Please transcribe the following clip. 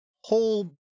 whole